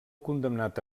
condemnat